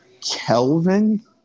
Kelvin